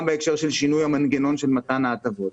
בהקשר של שינוי המנגנון של מתן ההטבות.